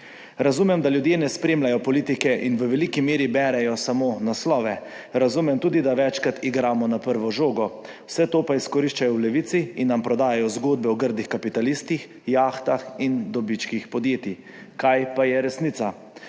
Razumem, da ljudje ne spremljajo politike in v veliki meri berejo samo naslove. Razumem tudi, da večkrat igramo na prvo žogo. Vse to pa izkoriščajo v Levici in nam prodajajo zgodbe o grdih kapitalistih, jahtah in dobičkih podjetij. Kaj pa je resnica?